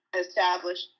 established